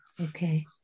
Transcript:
Okay